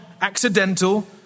accidental